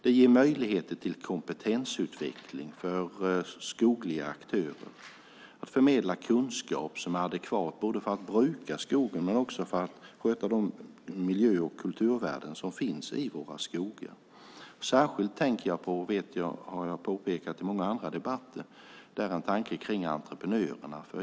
Det ger möjligheter till kompetensutveckling för skogliga aktörer att förmedla kunskap som är adekvat både för att bruka skogen och för att sköta de miljö och kulturvärden som finns i våra skogar. Som jag har påpekat i många andra debatter tänker jag särskilt på entreprenörerna.